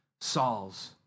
Saul's